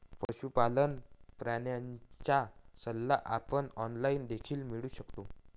पशुपालन प्रणालीचा सल्ला आपण ऑनलाइन देखील मिळवू शकतो